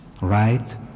right